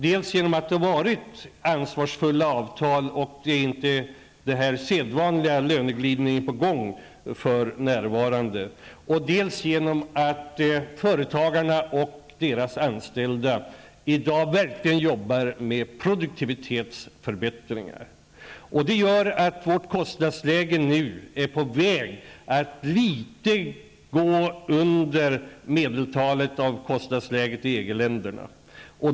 Dels har det träffats ansvarsfulla avtal och det pågår för närvarande inte någon sedvanlig löneglidning, dels arbetar företagarna och deras anställda verkligen hårt med produktivitetsförbättringar. Det gör att vårt kostnadsläge nu är på väg att hamna under medeltalet för kostnadsläget i EG-länderna.